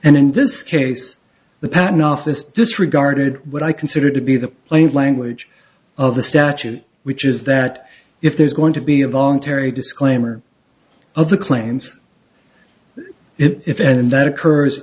and in this case the patent office disregarded what i considered to be the plain language of the statute which is that if there's going to be a voluntary disclaimer of the claims if and that occurs